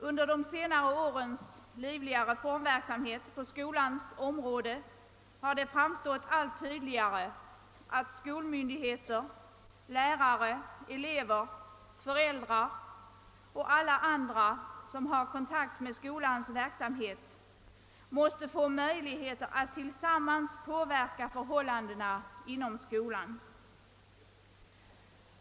Under de senare årens livliga reformverksamhet på skolans område har det framstått allt tydligare att skolmyndigheter, lärare, elever, föräldrar och alla andra, som har kontakt med skolans verksamhet, måste få möjligheter att tillsammans påverka förhållandena inom skolan.